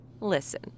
Listen